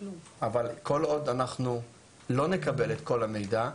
אבל כל עוד אנחנו לא נקבל את כל המידע,